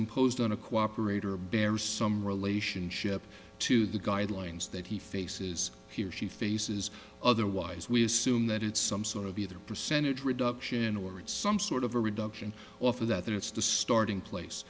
imposed on a cooperator bears some relationship to the guidelines that he faces he or she faces otherwise we assume that it's some sort of either percentage reduction or some sort of a reduction off of that or it's the starting place